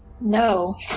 No